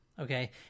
Okay